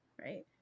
Right